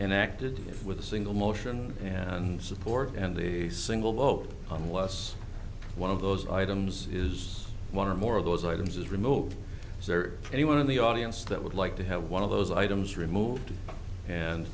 enacted with a single motion and support and the single vote on was one of those items is one more of those items is removed is there anyone in the audience that would like to have one of those items removed and